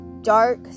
dark